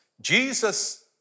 Jesus